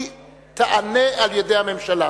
היא תיענה על-ידי הממשלה.